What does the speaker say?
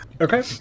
okay